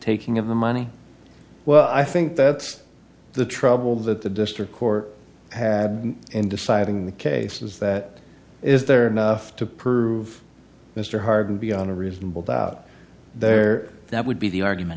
taking of the money well i think that's the trouble that the district court had in deciding the cases that is there enough to prove mr harding beyond a reasonable doubt there that would be the argument